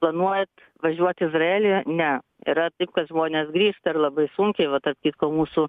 planuojat važiuot į izraelį ne yra taip kad žmonės grįžta ir labai sunkiai va tarp kitko mūsų